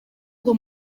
ngo